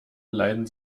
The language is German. leiden